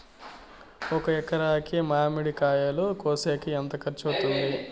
ఒక ఎకరాకి మామిడి కాయలు కోసేకి ఎంత ఖర్చు వస్తుంది?